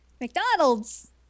McDonald's